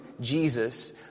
Jesus